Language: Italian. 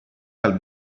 dal